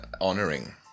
honoring